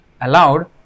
allowed